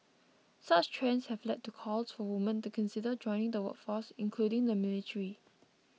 such trends have led to calls for women to consider joining the workforce including the military